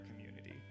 community